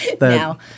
now